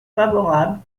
favorable